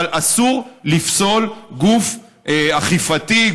אבל אסור לפסול גוף אכיפתי,